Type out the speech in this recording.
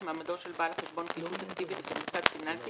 מעמדו של בעל חשבון כישות אקטיבית או כמוסד פיננסי,